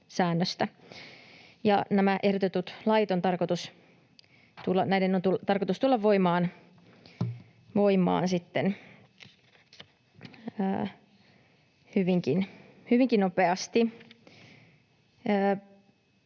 Ehdotettujen lakien on tarkoitus tulla voimaan sitten hyvinkin nopeasti.